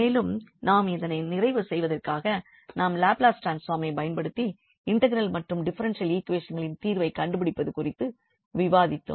மேலும் நாம் இதனை நிறைவு செய்வதற்காக நாம் லாப்லஸ் ட்ரான்ஸ்பாமைப் பபயன்படுத்தி இன்டெக்ரல் மற்றும் டிஃபரென்ஷியல் ஈக்வேஷன்களின் தீர்வை கண்டுபிடிப்பது குறித்து விவாதித்தோம்